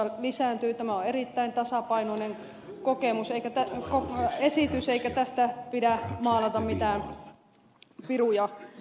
tämä on erittäin tasapainoinen esitys eikä tästä pidä maalata mitään piruja seinälle